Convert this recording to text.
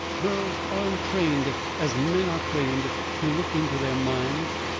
girls aren't trained as men are trained to look into their minds.